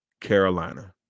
Carolina